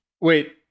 Wait